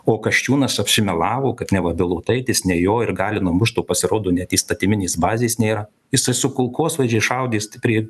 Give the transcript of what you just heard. o kasčiūnas apsimelavo kad neva bilotaitės ne jo ir gali numušt o pasirodo net įstatyminės bazės nėra jisai su kulkosvaidžiais šaudys t prie